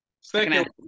Second